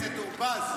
חבר הכנסת טור פז,